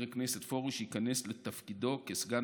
חבר הכנסת פרוש ייכנס לתפקידו כסגן